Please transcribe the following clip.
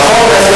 החוק הזה